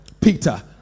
Peter